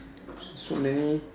so so many